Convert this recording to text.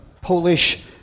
Polish